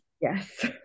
Yes